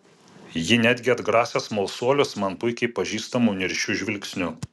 ji netgi atgrasė smalsuolius man puikiai pažįstamu niršiu žvilgsniu